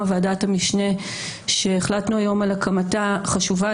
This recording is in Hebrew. ועדת המשנה שהחלטנו היום על הקמתה חשובה.